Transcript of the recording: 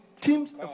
Teams